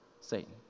Satan